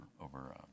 over